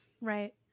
Right